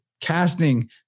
casting